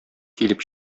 килеп